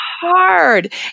hard